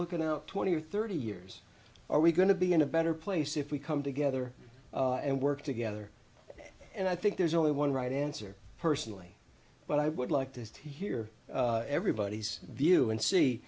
looking out twenty or thirty years are we going to be in a better place if we come together and work together and i think there's only one right answer personally but i would like to hear everybody's view and see